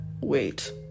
wait